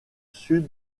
sud